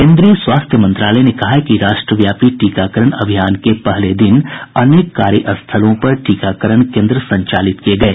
केन्द्रीय स्वास्थ्य मंत्रालय ने कहा है कि राष्ट्रव्यापी टीकाकरण अभियान के पहले दिन अनेक कार्य स्थलों पर टीकाकरण केन्द्र संचालित किये गये